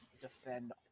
defend